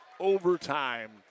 overtime